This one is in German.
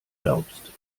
glaubst